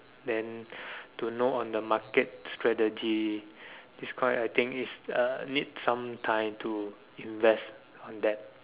then to know on the market strategy these kind I think is uh need some time to invest on that